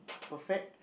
perfect